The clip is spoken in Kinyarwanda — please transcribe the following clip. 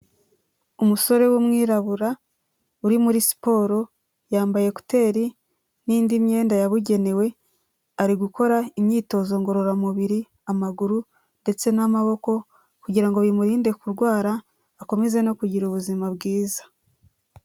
Umusore w'umwirabura uri muri siporo yambaye guteri n'indi myenda yabugenewe ari gukora imyitozo ngororamubiri amaguru ndetse n'amaboko kugira ngo bimurinde kurwara akomeze no kugira ubuzima bwiza.